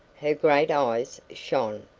her great eyes shone.